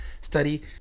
study